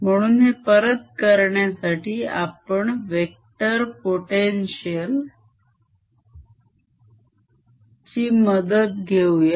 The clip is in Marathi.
म्हणून हे परत करण्यासाठी आपण वेक्टर potential ची मदत घेऊया